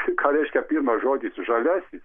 ką reiškia pirmas žodis žaliasis